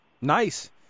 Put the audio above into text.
Nice